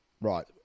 Right